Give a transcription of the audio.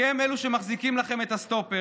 כי הם אלו שמחזיקים לכם את הסטופר,